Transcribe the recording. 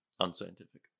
unscientific